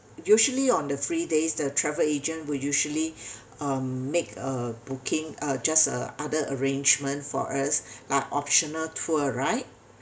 usually on the free days the travel agent will usually uh make a booking uh just uh other arrangement for us uh optional tour right